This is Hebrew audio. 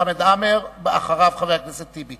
חבר הכנסת חמד עמאר, ואחריו, חבר הכנסת טיבי.